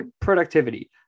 productivity